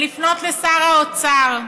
ולפנות לשר האוצר,